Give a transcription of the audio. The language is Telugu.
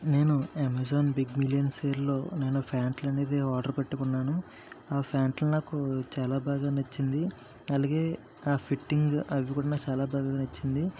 నేను అమెజాన్ బిగ్ బిలియన్ సెల్లో నేను ప్యాంట్లు అనేది ఆర్డర్ పెట్టుకున్నాను ఆ ప్యాంట్లు నాకు చాలా బాగా నచ్చింది అలాగే ఆ ఫిట్టింగ్ అవి కూడా నాకు చాలా బాగా నచ్చింది